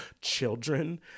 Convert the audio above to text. children